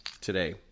today